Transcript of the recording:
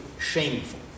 shameful